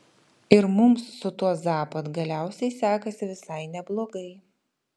ir mums su tuo zapad galiausiai sekasi visai neblogai